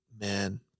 man